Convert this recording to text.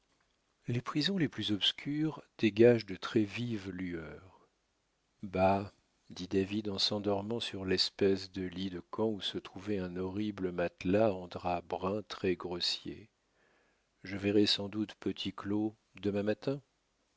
les prisons les plus obscures dégagent de très vives lueurs bah dit david en s'endormant sur l'espèce de lit de camp où se trouvait un horrible matelas en drap brun très grossier je verrai sans doute petit claud demain matin